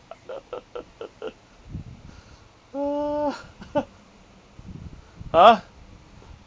oh !huh!